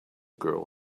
girl